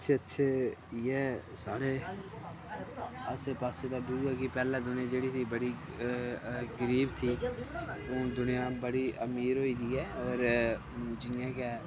अच्छे अच्छे इ'यै सारे आसे पासे दे व्यू ऐ जे पैह्ले दुनिया जेह्ड़ी ही बड़ी गरीब थी हून दुनिया बड़ी अमीर होई दी ऐ होर जियां गै